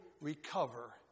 recover